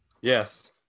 Yes